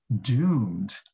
doomed